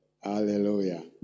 Hallelujah